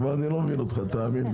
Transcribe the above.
כבר אני לא מבין אותך תאמין לי.